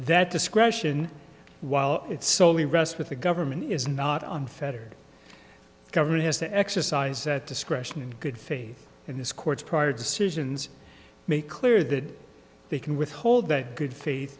that discretion while it's soley rests with the government is not on the federal government has to exercise that discretion in good faith in this court's prior decisions make clear that they can withhold that good faith